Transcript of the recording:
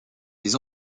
des